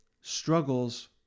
struggles